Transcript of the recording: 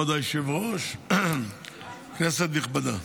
כבוד היושב-ראש, כנסת נכבדה,